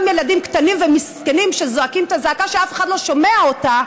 ילדים קטנים ומסכנים שזועקים את הזעקה שאף אחד לא שומע אותה,